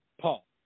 Paul